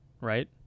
right